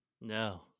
no